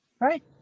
Right